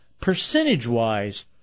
percentage-wise